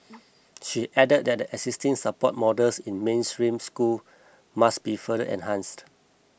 she added that the existing support models in mainstream school must be further enhanced